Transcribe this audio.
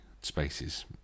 spaces